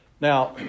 Now